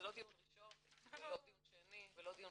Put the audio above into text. וזה לא דיון ראשון ולא דיון שני ולא דיון